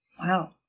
Wow